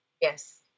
Yes